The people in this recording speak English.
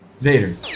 Vader